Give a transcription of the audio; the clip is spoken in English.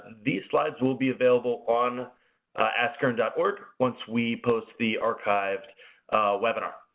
these slides will be available on askearn org, once we post the archived webinar.